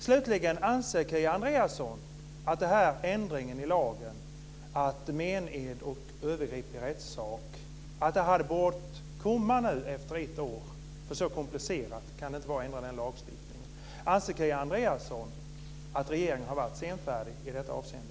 Slutligen undrar jag om Kia Andreasson anser att ändringen i lagen när det gäller mened och övergrepp i rättssak hade bort komma nu efter ett år. Det kan ju inte vara så komplicerat att ändra den lagstiftningen. Anser Kia Andreasson att regeringen har varit senfärdig i detta avseende?